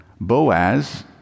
Boaz